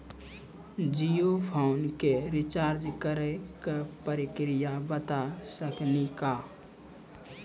Jio phone के recharge करे के का प्रक्रिया बता साकिनी का?